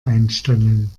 einstellen